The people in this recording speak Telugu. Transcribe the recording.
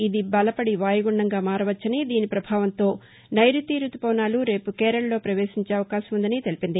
ఇది బలపడి వాయుగుండంగా మారవచ్చని దీని ప్రభావంతో నైరుతి రుతుపవనాలు రేపు కేరళలో ప్రవేశించే అవకాశం ఉందని తెలిపింది